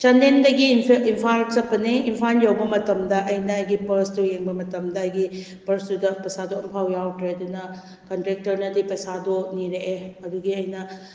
ꯆꯟꯗꯦꯜꯗꯒꯤ ꯏꯝꯐꯥꯜ ꯆꯠꯄꯅꯦ ꯏꯝꯐꯥꯜ ꯌꯧꯕ ꯃꯇꯝꯗ ꯑꯩꯅ ꯑꯩꯒꯤ ꯄꯔꯁꯇꯨ ꯌꯦꯡꯕ ꯃꯇꯝꯗ ꯑꯩꯒꯤ ꯄꯔꯁꯇꯨꯗ ꯄꯩꯁꯥꯗꯣ ꯑꯝꯐꯥꯎ ꯌꯥꯎꯗ꯭ꯔꯦ ꯑꯗꯨꯅ ꯀꯟꯇ꯭ꯔꯦꯛꯇꯔꯅꯗꯤ ꯄꯩꯁꯥꯗꯣ ꯅꯤꯔꯛꯑꯦ ꯑꯗꯨꯒꯤ ꯑꯩꯅ